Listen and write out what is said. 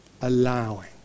allowing